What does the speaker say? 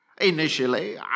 Initially